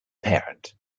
parent